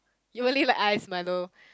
you only like ice milo